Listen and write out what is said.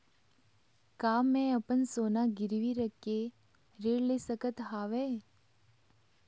का मैं अपन सोना गिरवी रख के ऋण ले सकत हावे?